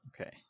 Okay